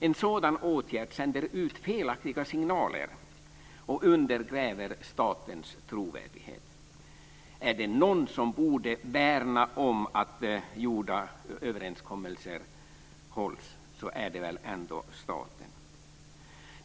En sådan åtgärd sänder ut felaktiga signaler och undergräver statens trovärdighet. Är det någon som borde värna om att träffade överenskommelser hålls så är det väl ändå staten.